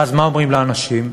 ואז מה אומרים לאנשים?